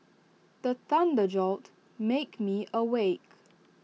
the thunder jolt make me awake